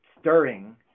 stirring